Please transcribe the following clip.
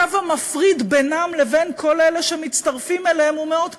הקו המפריד בינם לבין כל אלה שמצטרפים אליהם הוא מאוד פשוט,